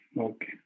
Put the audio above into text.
okay